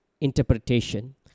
interpretation